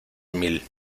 mil